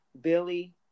Billy